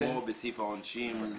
כמו בסעיף העונשין, שם